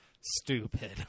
stupid